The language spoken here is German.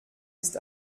ist